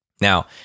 Now